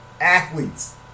athletes